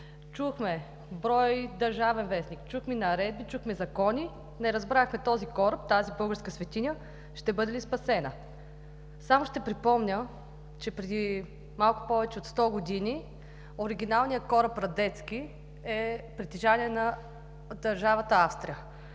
Чухме брой, Държавен вестник, чухме наредби, чухме закони – не разбрахме този кораб, тази българска светиня ще бъде ли спасена? Само ще припомня, че преди малко повече от 100 години оригиналният кораб „Радецки“ е притежание на държавата Австрия.